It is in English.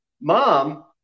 mom